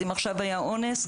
אם עכשיו היה אונס,